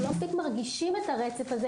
אנחנו לא מספיק מרגישים את הרצף הזה,